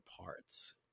parts